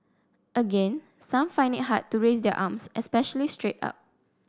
again some find it hard to raise their arms especially straight up